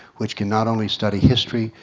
which can not only study history,